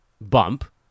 bump